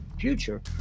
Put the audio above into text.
future